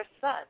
son